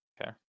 Okay